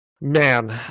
man